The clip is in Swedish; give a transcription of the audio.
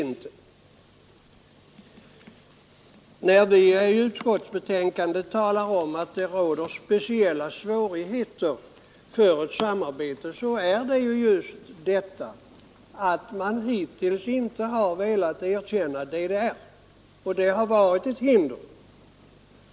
När vi i utskottets betänkande talar om att det råder speciella svårigheter för ett samarbete, beror det på att man hittills inte har velat erkänna DDR. Detta har varit ett hinder.